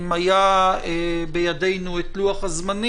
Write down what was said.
אם היה בידינו את לוח-הזמנים,